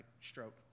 stroke